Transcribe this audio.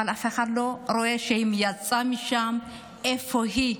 אבל אף אחד לא רואה אם יצאה משם, איפה היא.